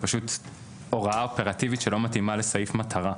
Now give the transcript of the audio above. הוראה אופרטיבית שלא מתאימה לסעיף מטרה.